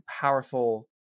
powerful